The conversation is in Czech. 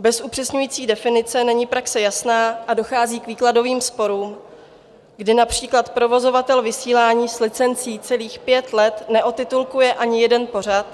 Bez upřesňující definice není praxe jasná a dochází k výkladovým sporům, kdy například provozovatel vysílání s licencí celých pět let neotitulkuje ani jeden pořad,